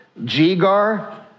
Jigar